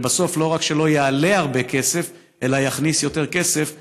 שבסוף לא רק שלא יעלה הרבה כסף אלא יכניס יותר כסף,